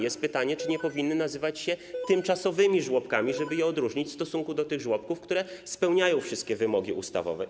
Jest pytanie, czy nie powinny one nazywać się tymczasowymi żłobkami, żeby je odróżnić od tych żłobków, które spełniają wszystkie wymogi ustawowe.